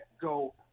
go